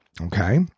Okay